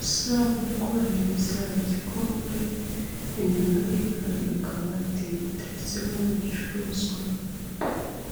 usa nk'uri kubahereza igikombe, inyuma ye hari akabati gateretsemo ibicuruzwa.